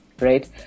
right